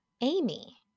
Amy